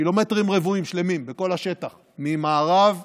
קילומטרים רבועים שלמים בכל השטח, ממערב וממזרח,